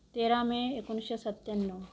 तेरा मे एकोणीसशे सत्त्याण्णव